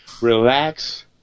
relax